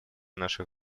наших